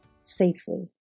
safely